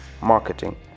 marketing